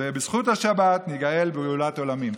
ובזכות השבת ניגאל גאולת עולמים.